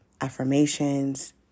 affirmations